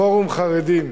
פורום חרדים,